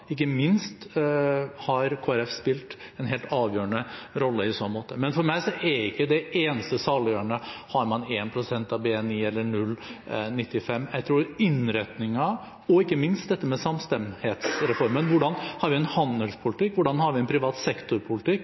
Ikke minst har Kristelig Folkeparti spilt en helt avgjørende rolle i så måte. Men for meg er ikke det eneste saliggjørende om man har 1 pst. av BNI eller 0,95 pst. av BNI. Når det gjelder innretningen og ikke minst dette med samstemthetsreformen – hvordan har vi en handelspolitikk, hvordan har vi en privat sektorpolitikk